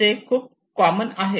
ते खूप कॉमन आहेत